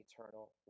eternal